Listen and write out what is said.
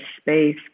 space